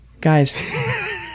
guys